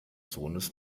sohnes